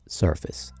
surface